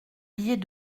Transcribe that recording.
billet